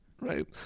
right